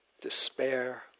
despair